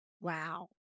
Wow